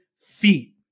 feet